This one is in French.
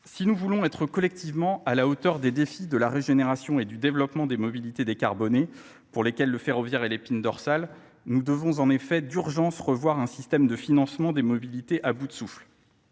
Si nous voulons être collectivement à la hauteur des défis de la régénération et du développement des mobilités décarbonées pour lesquelles le ferroviaire et l'épine dorsale, nous devons en effet d'urgence revoir un système de financement des mobilités à bout de soufflet